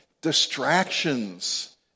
distractions